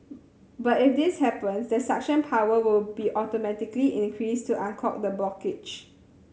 but if this happens the suction power will be automatically increased to unclog the blockage